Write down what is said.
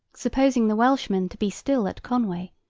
supposing the welshmen to be still at conway,